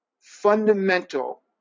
fundamental